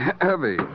Heavy